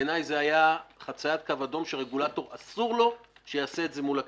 בעיניי זה היה חציית קו אדום שלרגולטור אסור לעשות מול הכנסת.